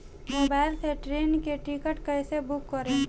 Mobile से train के ticket कैसे बूक करेम?